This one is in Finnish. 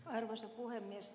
arvoisa puhemies